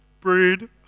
Breed